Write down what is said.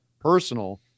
personal